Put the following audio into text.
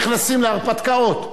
או שאנחנו נכנסים להרפתקאות.